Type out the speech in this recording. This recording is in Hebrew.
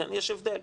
יש הבדל.